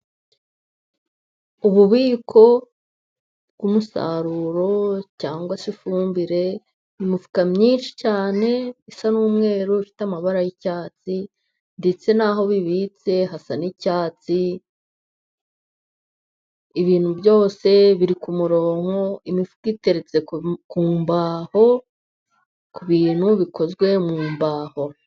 Ububiko bw'umusaruro cyangwa se ifumbire, imifuka myinshi cyane isa n'umweru ifite amabara y'icyatsi ,ndetse naho bibitse hasa n'icyatsi, ibintu byose biri ku murongo, imifuka iteretse ku mbaho ,ku bintu bikozwe mu mbaho.